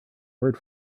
word